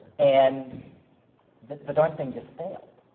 and the the darn thing just failed!